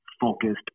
focused